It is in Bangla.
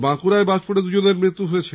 বাঁকুড়ায় বাজ পড়ে দুজনের মৃত্যু হয়েছে